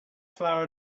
flower